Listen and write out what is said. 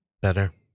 Better